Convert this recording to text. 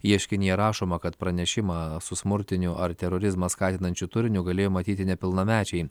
ieškinyje rašoma kad pranešimą su smurtiniu ar terorizmą skatinančiu turiniu galėjo matyti nepilnamečiai